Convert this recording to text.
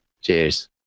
Cheers